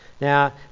Now